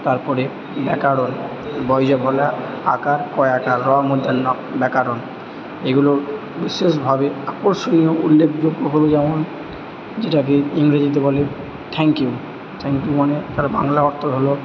তারপরে ব্যাকারণ ব এ য ফলা আকার ক এ আকার র ণ ব্যাকারণ এগুলো বিশেষভাবে আকর্ষণীয় উল্লেখযোগ্যভাবে যেমন যদি আপনি ইংরেজিতে বলেন থ্যাংক ইউ থ্যাংক ইউ মানে তার বাংলা অর্থ হল